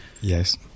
Yes